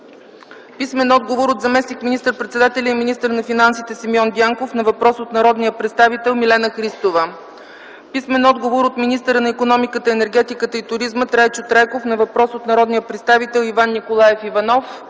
за връчване: - от заместник министър-председателя и министър на финансите Симеон Дянков на въпрос от народния представител Милена Христова; - от министъра на икономиката, енергетиката и туризма Трайчо Трайков към народния представител Иван Николаев Иванов;